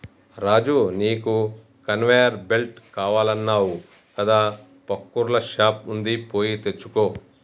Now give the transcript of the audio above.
రాజు నీకు conveyor belt కావాలన్నావు కదా పక్కూర్ల షాప్ వుంది పోయి తెచ్చుకో